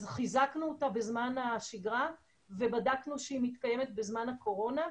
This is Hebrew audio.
אז חיזקנו אותה בזמן השגרה ובדקנו שהיא מתקיימת בזמן הקורונה.